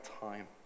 time